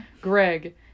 Greg